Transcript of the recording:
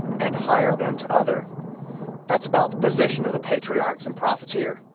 and higher than t'other. that's about the position of the patriarchs and prophets here.